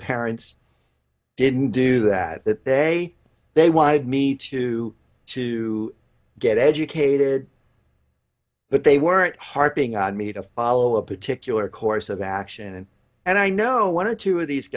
parents didn't do that that they they wanted me to to get educated but they were harping on me to follow a particular course of action and and i know one or two of these